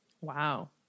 Wow